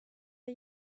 are